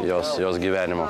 jos jos gyvenimo